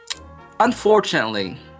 unfortunately